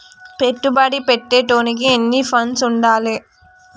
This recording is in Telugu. పెట్టుబడి పెట్టేటోనికి ఎన్ని ఫండ్స్ ఉండాలే?